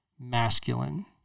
masculine